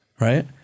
Right